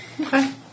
Okay